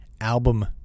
album